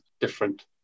different